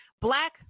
black